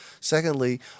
Secondly